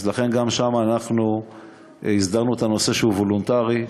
אז גם שם הסדרנו שהנושא הוא וולונטרי,